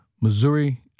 Missouri